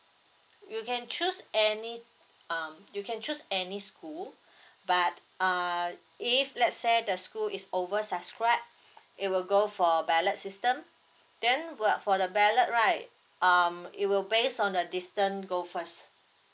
you can choose any um you can choose any school but err if let's say the school is over subscribed it will go for a ballot system then what for the ballot right um it will based on the distance go first